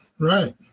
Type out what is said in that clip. Right